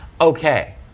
okay